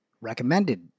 recommended